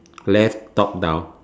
left top down